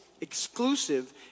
Exclusive